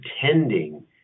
pretending